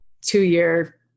two-year